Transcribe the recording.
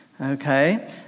Okay